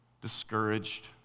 discouraged